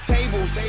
Tables